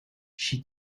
she